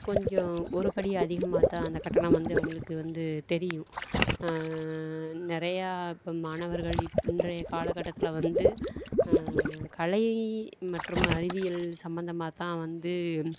கொஞ்சம் ஒருபடி அதிகமாகதான் அந்த கட்டணம் வந்து அவர்களுக்கு வந்து தெரியும் நிறையா இப்போ மாணவர்கள் இன்றைய காலகட்டத்தில் வந்து கலை மற்றும் அறிவியல் சம்மந்தமாக தான் வந்து